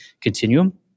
continuum